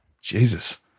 Jesus